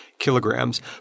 kilograms